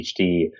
PhD